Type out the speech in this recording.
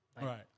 Right